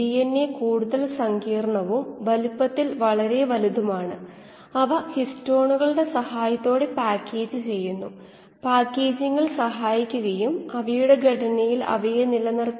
അതിനാൽ ഈ രണ്ട് പദങ്ങളുടെ ഗുണനം പൂജ്യത്തിന് തുല്യമാണെങ്കിൽ ഇതിലേതെങ്കിലും ഒന്ന് പൂജ്യംആയിരിക്കണം 𝜇 − 𝐷 0 or x 0 അല്ലെങ്കിൽ രണ്ടും